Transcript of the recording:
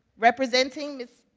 representing ms.